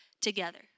together